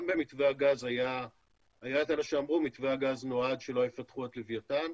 גם במתווה הגז היה את אלה שאמרו שמתווה הגז נועד שלא יפתחו את לווייתן,